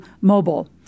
mobile